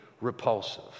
repulsive